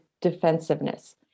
defensiveness